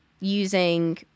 using